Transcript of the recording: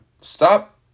stop